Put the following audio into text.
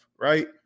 right